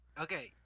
Okay